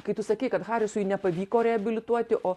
kai tu sakei kad harisui nepavyko reabilituoti o